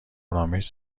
آرامش